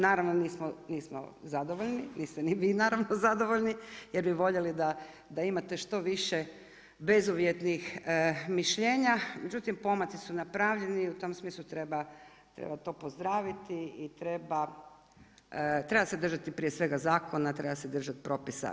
Naravno nismo zadovoljni, niste ni vi naravno zadovoljni jer bi voljeli da imate što više bezuvjetnih mišljenja, međutim pomaci su napravljeni i u tom smislu treba to pozdraviti i treba se držati prije svega zakona, treba se držati propisa.